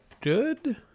good